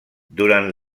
durant